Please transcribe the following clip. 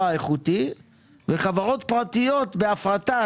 איכותי וחברות פרטיות בהפרטה,